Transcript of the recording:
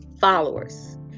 followers